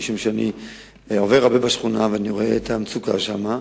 כי אני עובר הרבה בשכונה ורואה את המצוקה שם.